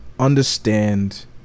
understand